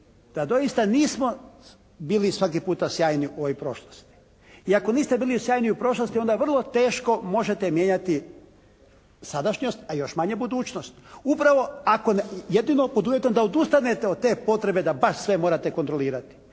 da doista nismo bili svaki puta sjajni u ovoj prošlosti. I ako niste bili sjajni u prošlosti onda je vrlo teško, možete mijenjati sadašnjost a još manje budućnost. Upravo ako, jedino pod uvjetom da odustanete od te potrebe da baš sve morate kontrolirati.